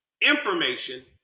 Information